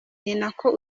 ninako